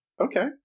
Okay